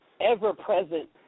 ever-present